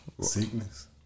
Sickness